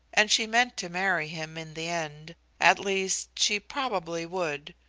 and she meant to marry him in the end at least, she probably would.